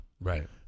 Right